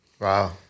Wow